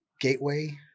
gateway